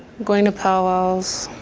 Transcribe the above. going to powwows,